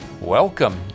Welcome